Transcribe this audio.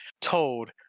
told